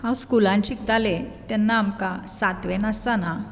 हांव स्कुलांत शिकतालें तेन्ना आमकां सातवेन आसताना